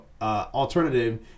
alternative